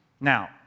now